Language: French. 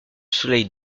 soleil